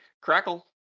Crackle